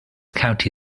county